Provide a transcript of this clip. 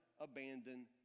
abandon